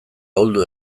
ahuldu